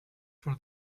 for